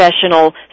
professional